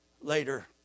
later